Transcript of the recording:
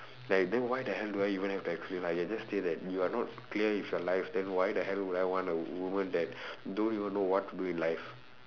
like then why the hell do I even have to explain !aiya! just say that you are not clear with your life then why the hell would I want a woman that don't even know what to do in life